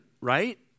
right